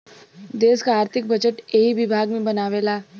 देस क आर्थिक बजट एही विभाग बनावेला